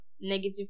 negative